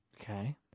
Okay